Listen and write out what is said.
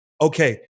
Okay